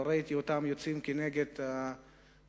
לא ראיתי אותם יוצאים כנגד אותה